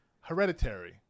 Hereditary